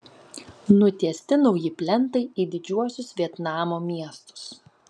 nutiesti nauji plentai į didžiuosius vietnamo miestus